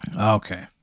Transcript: Okay